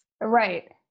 Right